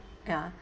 ya